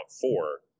four